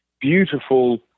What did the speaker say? beautiful